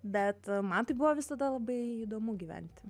bet man tai buvo visada labai įdomu gyventi